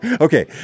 Okay